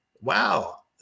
Wow